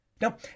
Now